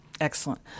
Excellent